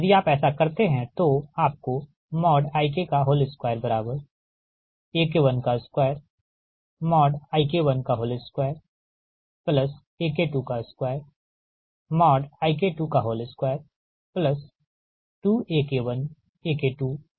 यदि आप ऐसा करते है तो आपको IK2AK12IK12AK22IK222AK1AK2IK1IK2cos 1 2 प्राप्त होगी